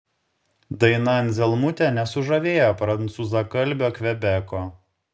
daina anzelmutė nesužavėjo prancūzakalbio kvebeko